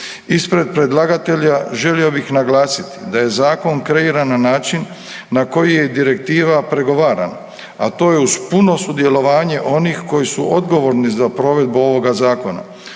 Ispred predlagatelja želio bih naglasiti da je zakon kreiran na način na koji je i direktiva pregovarana, a to je uz puno sudjelovanje onih koji su odgovorni za provedbu ovoga zakona.